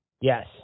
Yes